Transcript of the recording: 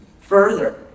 further